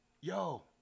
Yo